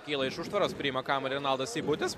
kyla iš užtvaros priima kamuolį renaldas seibutis